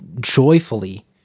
joyfully